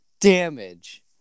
damage